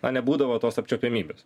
na nebūdavo tos apčiuopiamybės